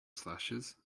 slashes